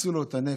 שיפצו לו את הנפש,